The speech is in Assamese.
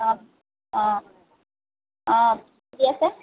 অ অ অ আছে